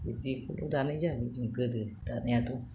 बिदिखौनो दानाय जाबाय जों दानायाथ'